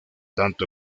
tanto